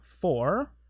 Four